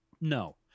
no